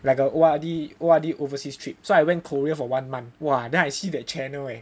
like a O_R_D O_R_D overseas trip so I went Korea for one month !wah! then I see that channel eh